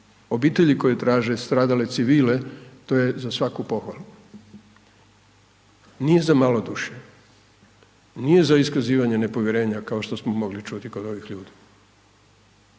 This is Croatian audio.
obitelji koje traže stradale civile, to je za svaku pohvalu. Nije za malodušje, nije za iskazivanje nepovjerenja kao što smo mogli čuti kod ovih ljudi,